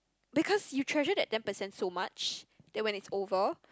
because you treasure that ten percent so much then when it's over